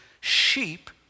sheep